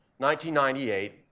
1998